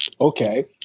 Okay